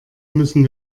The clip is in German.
müssen